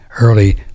Early